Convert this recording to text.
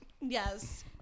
yes